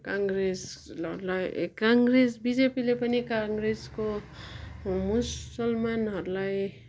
काङ्ग्रेसहरूलाई ए काङ्ग्रेस बिजेपीले पनि काङ्ग्रेसको मुसलमानहरूलाई